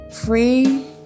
free